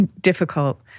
difficult